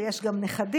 ויש גם נכדים,